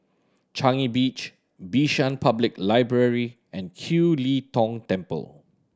Changi Beach Bishan Public Library and Kiew Lee Tong Temple